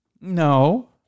No